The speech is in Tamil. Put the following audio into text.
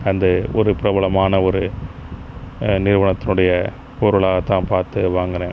அந்த ஒரு பிரபலமான ஒரு நிறுவனத்தினுடைய பொருளாக தான் பார்த்து வாங்கினேன்